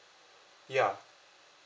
ya